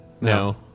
No